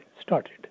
started